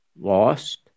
lost